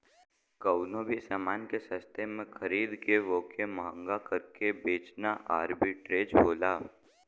कउनो भी समान के सस्ते में खरीद के वोके महंगा करके बेचना आर्बिट्रेज होला